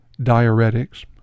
diuretics